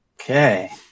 Okay